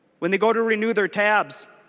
when they go to renew their tabs.